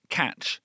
catch